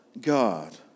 God